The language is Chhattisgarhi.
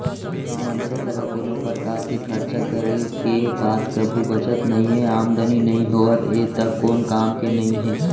मनसे करा कोनो परकार के खरचा करे के बाद कभू बचत नइये, आमदनी नइ होवत हे त कोन काम के नइ हे